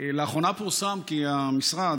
לאחרונה פורסם כי המשרד,